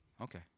Okay